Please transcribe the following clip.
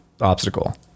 obstacle